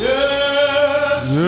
Yes